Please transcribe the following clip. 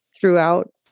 throughout